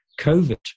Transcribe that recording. COVID